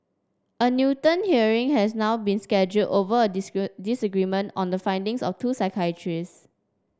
a Newton hearing has now been scheduled over a disagree disagreement on the findings of two psychiatrists